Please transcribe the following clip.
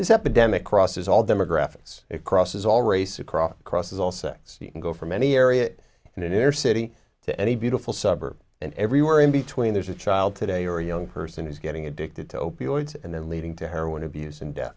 this epidemic crosses all demographics it crosses all race across crosses all sets you can go from any area and it is city to any beautiful suburb and everywhere in between there's a child today or a young person who's getting addicted to opioids and then leading to heroin abuse and